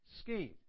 scheme